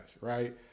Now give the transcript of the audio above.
right –